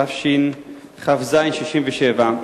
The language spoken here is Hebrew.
התשכ"ז 1967,